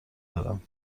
دارم